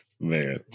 man